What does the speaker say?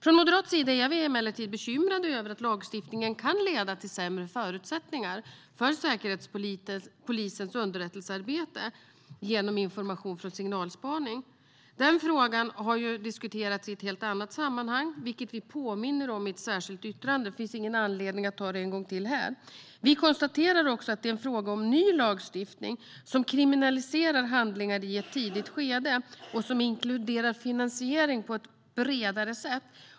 Från moderat sida är vi emellertid bekymrade över att lagstiftningen kan leda till sämre förutsättningar för Säkerhetspolisens underrättelsearbete genom information från signalspaning. Den frågan har diskuterats i ett helt annat sammanhang, vilket vi påminner om i ett särskilt yttrande. Det finns därför ingen anledning att ta det en gång till här. Vi konstaterar också att detta är fråga om ny lagstiftning som kriminaliserar handlingar i ett tidigt skede och som inkluderar finansiering på ett bredare sätt.